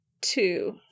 Two